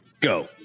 go